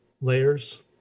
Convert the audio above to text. layers